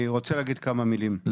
כמה מילים,